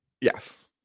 Yes